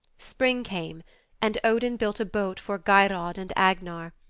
spring came and odin built a boat for geirrod and agnar.